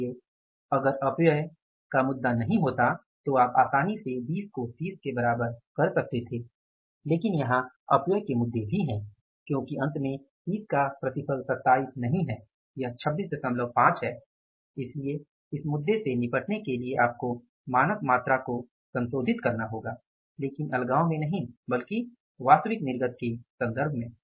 इसलिए अगर अपव्यय का मुद्दा नहीं होता तो आप आसानी से 20 को 30 के बराबर कर सकते थे लेकिन यहां अपव्यय के मुद्दे हैं क्योंकि अंत में 30 का प्रतिफल 27 नहीं है यह 265 है इसलिए इस मुद्दे से निपटने के लिए आपको मानक मात्रा को संशोधित करना होगा लेकिन अलगाव में नहीं बल्कि वास्तविक निर्गत के सन्दर्भ में